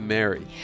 Mary